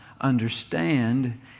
Understand